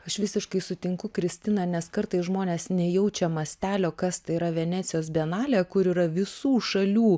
aš visiškai sutinku kristina nes kartais žmonės nejaučia mastelio kas tai yra venecijos bienalė kur yra visų šalių